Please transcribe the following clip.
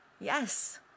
Yes